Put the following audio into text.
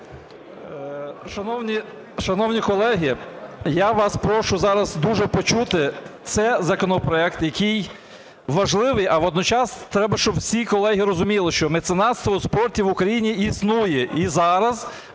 Шановні колеги, я вас прошу зараз дуже почути. Це законопроект, який важливий, а водночас треба, щоб всі колеги розуміли, що меценатство в спорті в Україні існує. І зараз